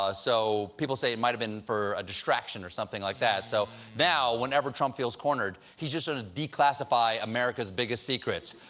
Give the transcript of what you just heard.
ah so people say it might have been for a distraction or something like that. so now when trump feels cornered, he'll just sort of declassify america's biggest secrets.